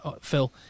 Phil